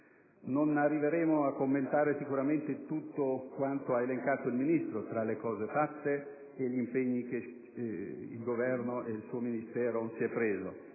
non arriveremo a commentare tutto quanto ha elencato il Ministro tra le cose fatte e gli impegni che il Governo e il suo Ministero hanno